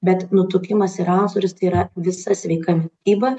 bet nutukimas ir antsvoris tai yra visa sveika mityba